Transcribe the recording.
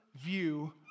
view